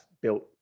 built